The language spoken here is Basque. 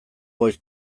voice